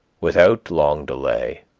without long delay,